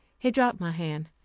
he dropped my hand,